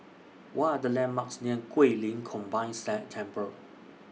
What Are The landmarks near Guilin Combined sled Temple